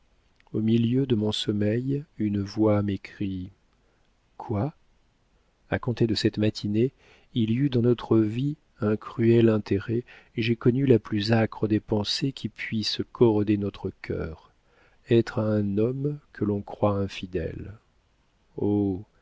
au milieu de mon sommeil une voix m'écrie quoi a compter de cette matinée il y eut dans notre vie un cruel intérêt et j'ai connu la plus âcre des pensées qui puissent corroder notre cœur être à un homme que l'on croit infidèle oh